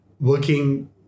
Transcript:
working